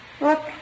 Look